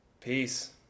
Peace